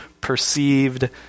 perceived